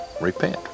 repent